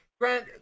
Grant